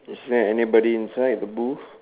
is there anybody inside the booth